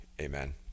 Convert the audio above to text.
amen